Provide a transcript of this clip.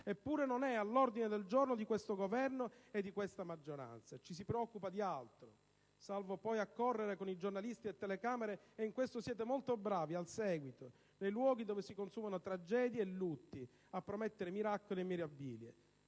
Eppure, non è all'ordine del giorno di questo Governo e di questa maggioranza. Ci si preoccupa di altro, salvo poi accorrere, con giornalisti e telecamere al seguito, nei luoghi dove si consumano tragedie e lutti, a promettere miracoli e mirabilie.